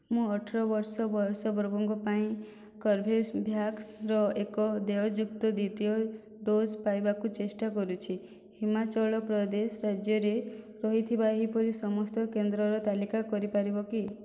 ମୁଁ ଅଠର ବର୍ଷ ବୟସ ବର୍ଗଙ୍କ ପାଇଁ କର୍ବେଭ୍ୟାକ୍ସର ଏକ ଦେୟଯୁକ୍ତ ଦ୍ୱିତୀୟ ଡୋଜ୍ ପାଇବାକୁ ଚେଷ୍ଟା କରୁଛି ହିମାଚଳ ପ୍ରଦେଶ ରାଜ୍ୟରେ ରହିଥିବା ଏହିପରି ସମସ୍ତ କେନ୍ଦ୍ରର ତାଲିକା କରିପାରିବ କି